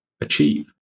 achieve